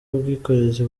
ubwikorezi